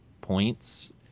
points